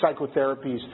psychotherapies